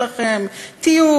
תהיו